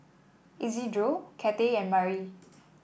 Isidro Cathey and Mari